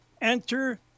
enter